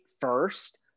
first